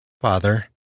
Father